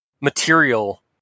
material